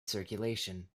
circulation